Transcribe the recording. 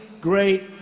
great